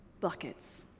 buckets